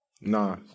Nah